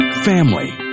family